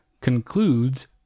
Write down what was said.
concludes